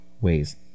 ways